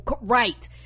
Right